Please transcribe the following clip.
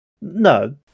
No